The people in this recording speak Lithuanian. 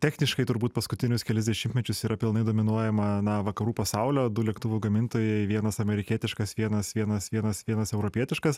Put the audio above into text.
techniškai turbūt paskutinius kelis dešimtmečius yra pilnai dominuojama na vakarų pasaulio du lėktuvų gamintojai vienas amerikietiškas vienas vienas vienas vienas europietiškas